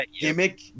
gimmick